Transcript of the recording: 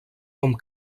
com